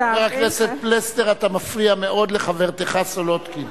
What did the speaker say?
חבר הכנסת פלסנר, אתה מפריע מאוד לחברתך סולודקין.